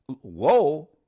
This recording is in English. Whoa